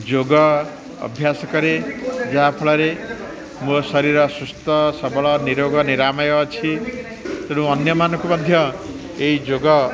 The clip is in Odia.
ଯୋଗ ଅଭ୍ୟାସ କରେ ଯାହାଫଳରେ ମୋ ଶରୀର ସୁସ୍ଥ ସବଳ ନିରୋଗ ନିରାମୟ ଅଛି ତେଣୁ ଅନ୍ୟମାନଙ୍କୁ ମଧ୍ୟ ଏଇ ଯୋଗ